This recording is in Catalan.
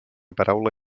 paraula